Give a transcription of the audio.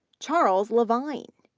charles levine,